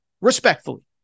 respectfully